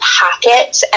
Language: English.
pockets